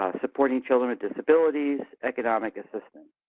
ah supporting children with disabilities, economic assistance.